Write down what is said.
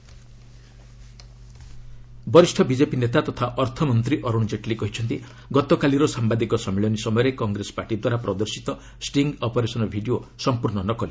BJP ସିବଲ୍ ବରିଷ୍ଣ BJP ନେତା ତଥା ଅର୍ଥମନ୍ତ୍ରୀ ଅରୁଣ ଜେଟ୍ଲୀ କହିଛନ୍ତି ଗତକାଲିର ସାମ୍ଘାଦିକ ସମ୍ମିଳନୀ ସମୟରେ କଂଗ୍ରେସ ପାର୍ଟି ଦ୍ୱାରା ପ୍ରଦର୍ଶିତ ଷ୍ଟିଙ୍ଗ୍ ଅପରେସନ୍ ଭିଡ଼ିଓ ସଂପୂର୍ଣ୍ଣ ନକଲି